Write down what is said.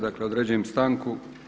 Dakle određujem stanku.